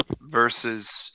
versus